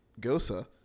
gosa